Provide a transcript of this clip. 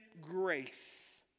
grace